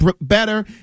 better